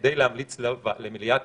כדי להמליץ למליאת